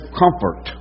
comfort